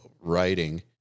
writing